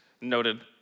noted